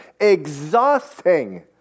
exhausting